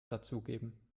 dazugeben